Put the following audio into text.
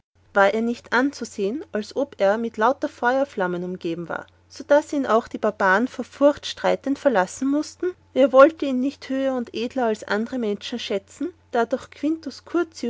war er nicht anzusehen als ob er mit lauter feurflammen umgeben war so daß ihn auch die barbaren vor furcht streitend verlassen mußten wer wollte ihn nicht höher und edler als andere menschen schätzen da doch quintus